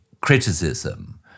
criticism